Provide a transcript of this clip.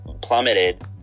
plummeted